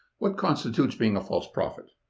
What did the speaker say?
what constitutes being a false prophet?